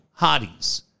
Hotties